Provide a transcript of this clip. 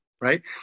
right